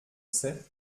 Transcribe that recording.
sait